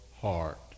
heart